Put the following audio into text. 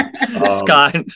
Scott